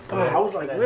i was, like,